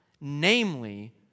Namely